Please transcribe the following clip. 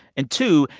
and two,